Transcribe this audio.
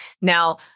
Now